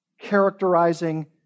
characterizing